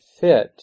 fit